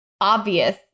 obvious